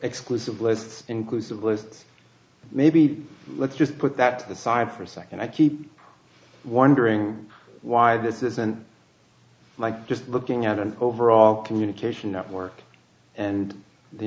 exclusive lists inclusive list maybe let's just put that aside for a second i keep wondering why this isn't like just looking at an overall communication network and the